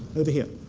over here.